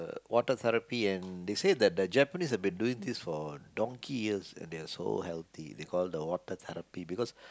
water therapy and they say that the Japanese have been doing it for donkey years and they are so healthy they call it the water therapy because